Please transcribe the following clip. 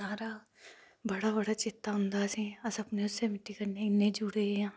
ओह् सारा बड़ा बड़ा चेता औंदा असें गी अस अपने कन्नै इन्ने जुड़े दे